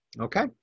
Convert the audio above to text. okay